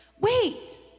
Wait